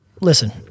Listen